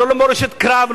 לא מורשת קרב,